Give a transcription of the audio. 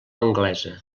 anglesa